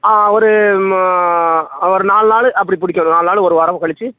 ஆ ஒரு ஒரு நால் நாள் அப்படி பிடிக்கணும் நாலு நாள் ஒரு வாரம் கழிச்சு